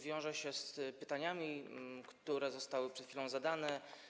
Wiąże się to z pytaniami, które zostały przed chwilą zadane.